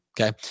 Okay